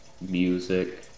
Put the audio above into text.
music